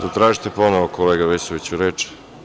Zatražite ponovo kolega Vesoviću reč.